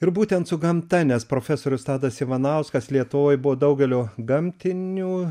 ir būtent su gamta nes profesorius tadas ivanauskas lietuvoj buvo daugelio gamtinių